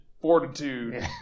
fortitude